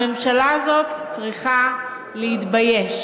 הממשלה הזאת צריכה להתבייש